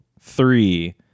three